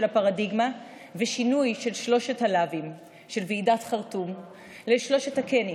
הפרדיגמה ושינוי של שלושת הלאווים של ועידת חרטום לשלושת ה"כנים":